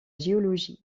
géologie